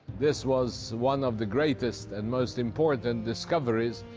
this was one of the greatest and most important discoveries.